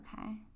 Okay